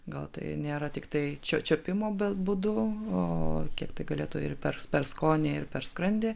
gal tai nėra tiktai čiuo čiuopimo būdu o kiek tai galėtų ir per per skonį ir per skrandį